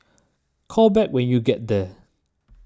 call back when you get there